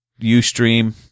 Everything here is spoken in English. Ustream